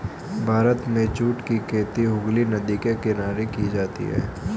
भारत में जूट की खेती हुगली नदी के किनारे की जाती है